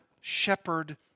shepherd